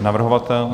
Navrhovatel?